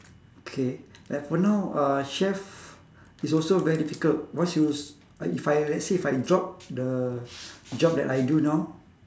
K like for now uh chef is also very difficult once you s~ if I let's say if I drop the job that I do now